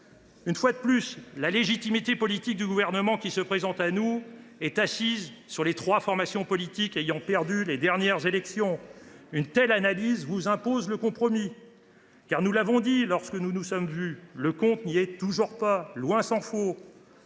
Une fois de plus, la légitimité politique du Gouvernement qui se présente à nous est assise sur les trois formations politiques ayant perdu les dernières élections. Une telle analyse vous impose le compromis. Nous l’avons dit lorsque nous nous sommes vus, monsieur le ministre de